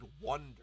Wonder